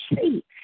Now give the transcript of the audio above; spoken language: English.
see